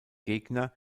gegner